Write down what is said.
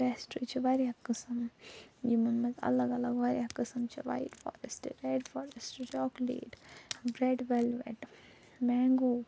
pastry چھِ واریاہ قسم یمن مَنٛز الگ الگ واریاہ قسم چھِ white forest red forest chocolate red velvet mango